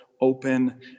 open